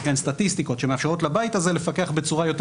סטטיסטיקות שמאפשרות לבית הזה לפקח בצורה יותר